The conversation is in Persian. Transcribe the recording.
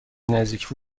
نزدیکی